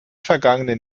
vergangenen